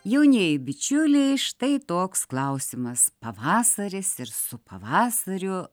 jaunieji bičiuliai štai toks klausimas pavasaris ir su pavasariu